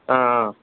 অঁ